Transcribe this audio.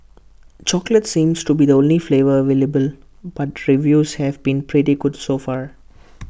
chocolate seems to be the only flavour available but reviews have been pretty good so far